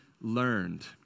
learned